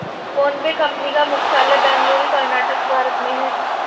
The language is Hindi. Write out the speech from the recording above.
फोनपे कंपनी का मुख्यालय बेंगलुरु कर्नाटक भारत में है